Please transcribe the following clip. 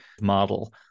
model